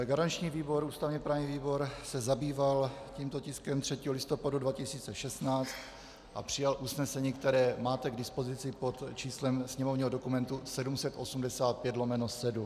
Garanční výbor ústavněprávní výbor se zabýval tímto tiskem 3. listopadu 2016 a přijal usnesení, které máte k dispozici pod číslem sněmovního dokumentu 785/7.